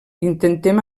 intentem